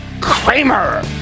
Kramer